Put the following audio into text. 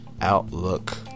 outlook